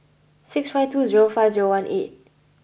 six five two zero five zero one eight